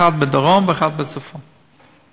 36 חברי כנסת בעד, אין מתנגדים,